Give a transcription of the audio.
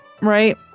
Right